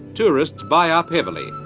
tourists buy up heavily,